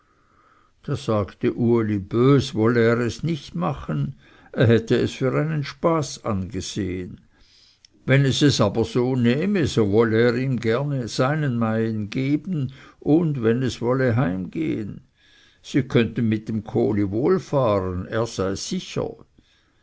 da sagte uli bös wolle er es nicht machen er hätte es für einen spaß angesehen wenn es es aber so nehme so wolle er ihm gerne seinen meien geben und wenn es wolle heimgehen sie könnten mit dem kohli wohl fahren er sei sicher